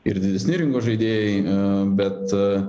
ir didesni rinkos žaidėjai bet